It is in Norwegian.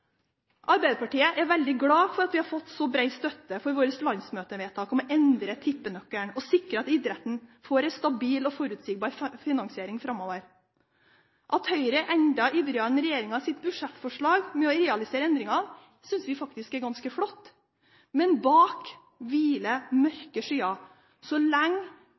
Arbeiderpartiet er veldig glad for at vi har fått så bred støtte for vårt landsmøtevedtak om å endre tippenøkkelen og sikre at idretten får en stabil og forutsigbar finansiering framover. At Høyre i sitt budsjettforslag er enda mer ivrig enn regjeringen med å realisere endringen, synes vi faktisk er ganske flott. Men bak hviler mørke skyer så lenge